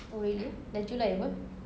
oh really dah july apa